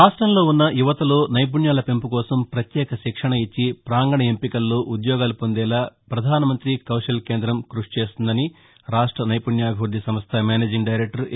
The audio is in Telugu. రాష్టంలో వున్న యువతలో నైపుణ్యాల పెంపు కోసం ప్రత్యేక శిక్షణ ఇచ్చి ప్రాంగణ ఎంపికల్లో ఉద్యోగాలు పొందేలా పధానమంతి కౌశల్ కేందం కృషి చేస్తుందని రాష్ట నైపుణ్యాభివృద్ది సంస్ట మేనేజింగ్ డైరెక్టర్ ఎ